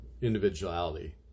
individuality